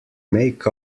make